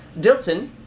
Dilton